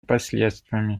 последствиями